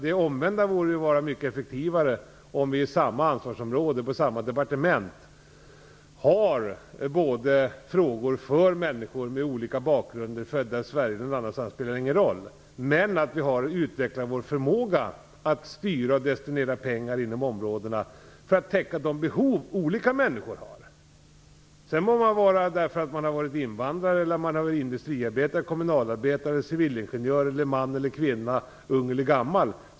Det omvända borde vara mycket effektivare, dvs. att vi inom samma ansvarsområde på samma departement har frågor gällande människor med olika bakgrund - om de är födda i Sverige eller någon annanstans spelar ingen roll - och att vi också har utvecklat vår förmåga att styra och destinera pengar inom områdena, för att täcka de behov som olika människor har. Det spelar ingen roll om man har varit invandrare, industriarbetare, kommunalarbetare eller civilingenjör, man eller kvinna, ung eller gammal.